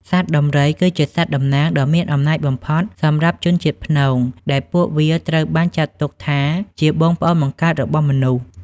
សត្វដំរី គឺជាសត្វតំណាងដ៏មានអំណាចបំផុតសម្រាប់ជនជាតិព្នង ដែលពួកវាត្រូវបានចាត់ទុកថាជាបងប្អូនបង្កើតរបស់មនុស្ស។